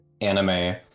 anime